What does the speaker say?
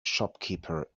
shopkeeper